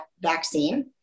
vaccine